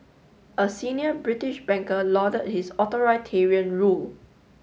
a senior British banker lauded his authoritarian rule